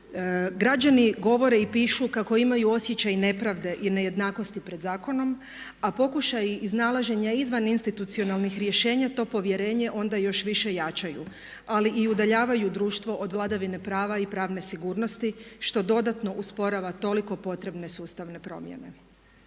Građani govore i pišu kako imaju osjećaj nepravde i nejednakosti pred zakonom a pokušaj iznalaženja izvaninstitucionalnih rješenja to povjerenje onda još više jačaju ali i udaljavaju društvo od vladavine prava i pravne sigurnosti što dodatno usporava toliko potrebne sustavne promjene.